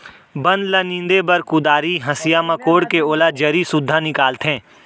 बन ल नींदे बर कुदारी, हँसिया म कोड़के ओला जरी सुद्धा निकालथें